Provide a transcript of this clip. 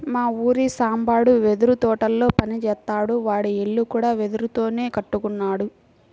మా ఊరి సాంబడు వెదురు తోటల్లో పని జేత్తాడు, వాడి ఇల్లు కూడా వెదురుతోనే కట్టుకున్నాడు